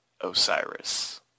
Osiris